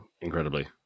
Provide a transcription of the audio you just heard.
incredibly